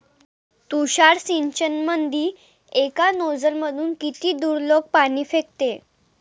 तुषार सिंचनमंदी एका नोजल मधून किती दुरलोक पाणी फेकते?